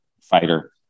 fighter